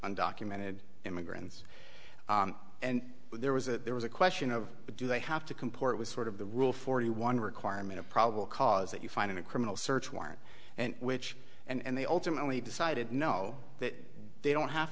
undocumented immigrants and there was a there was a question of do they have to comport with sort of the rule forty one requirement a probable cause that you find in a criminal search warrant which and they ultimately decided no that they don't have